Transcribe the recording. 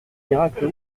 miracle